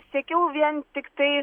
siekiau vien tiktai